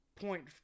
point